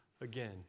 again